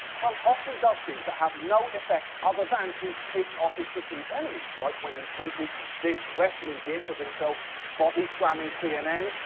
trump often does things that have no effect other than to piss off his perceived enemies. like when he tweeted this wrestling gif of himself body slamming cnn,